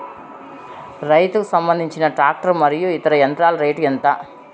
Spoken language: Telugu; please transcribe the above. రైతుకు సంబంధించిన టాక్టర్ మరియు ఇతర యంత్రాల రేటు ఎంత?